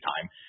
time